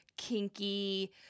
kinky